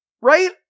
Right